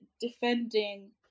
defending